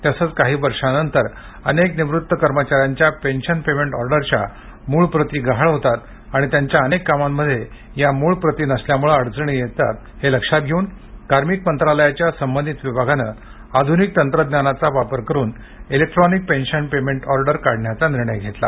तसंच काही वर्षांनंतर अनेक निवृत्त कर्मचाऱ्यांच्या पेन्शन पेमेंट ऑर्डरच्या मूळ प्रती गहाळ होतात आणि त्यांच्या अनेक कामांमध्ये या मूळ प्रती नसल्यामुळे अडचणी येतात हे लक्षात घेऊन कार्मिक मंत्रालयाच्या संबंधित विभागानं आधुनिक तंत्रज्ञानाचा वापर करुन इलेक्ट्रॉनिक पेन्शन पेमेंट ऑर्डर काढण्याचा निर्णय घेतला